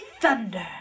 Thunder